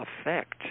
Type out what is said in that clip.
effect